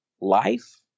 life